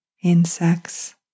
Insects